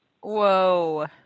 Whoa